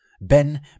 Ben